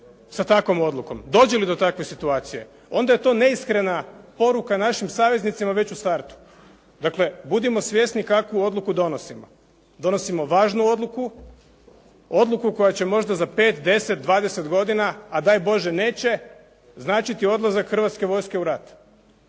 sa takvom odlukom, dođe li do takve situacije onda je to neiskrena poruka našim saveznicima već u startu. Dakle, budimo svjesni kakvu odluku donosimo. Donosimo važnu odluku, odluku koja će možda za 5, 10, 20 godina, a daj Bože neće, značiti odlazak Hrvatske vojske u rat,